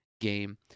game